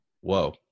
Whoa